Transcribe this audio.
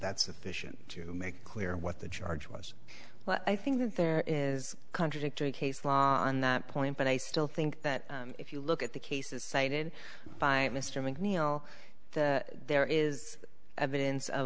that sufficient to make clear what the charge was well i think that there is contradictory case law on that point but i still think that if you look at the cases cited by mr mcneil there is evidence of